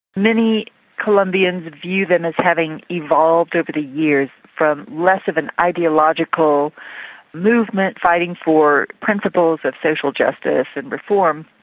many colombians view them as having evolved over the years from less of an ideological movement fighting for principles of social justice and reform,